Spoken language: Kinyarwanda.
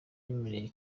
yemereye